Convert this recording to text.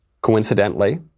Coincidentally